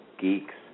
geeks